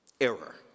error